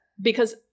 Because-